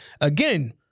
again